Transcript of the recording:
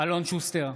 אלון שוסטר,